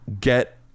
get